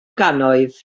gannoedd